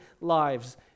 lives